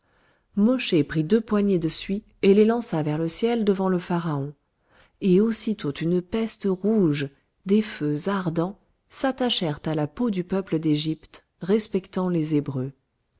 mosché prit deux poignées de suie et les lança vers le ciel devant le pharaon et aussitôt une peste rouge des feux ardents s'attachèrent à la peau du peuple d'égypte respectant les hébreux